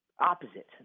opposite